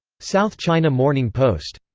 south china morning post.